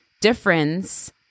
difference